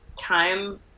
time